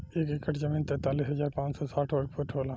एक एकड़ जमीन तैंतालीस हजार पांच सौ साठ वर्ग फुट होला